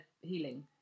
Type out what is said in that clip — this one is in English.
healing